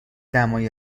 دمای